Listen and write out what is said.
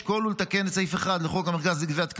לשקול לתקן את סעיף 1 לחוק המרכז לגביית קנסות,